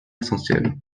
essentiel